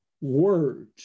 words